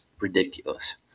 ridiculous